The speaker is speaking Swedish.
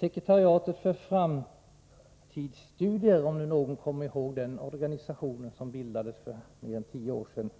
Sekretariatet för framtidsstudier, om nu någon kommer ihåg den organisationen som bildades för mer än tio år sedan